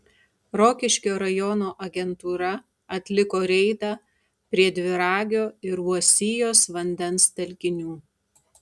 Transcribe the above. rokiškio rajono agentūra atliko reidą prie dviragio ir uosijos vandens telkinių